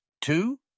Two